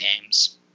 games